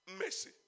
mercy